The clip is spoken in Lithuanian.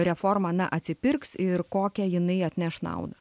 reforma na atsipirks ir kokią jinai atneš naudą